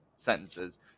sentences